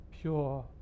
pure